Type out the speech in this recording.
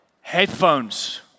Headphones